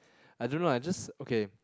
I don't know I just okay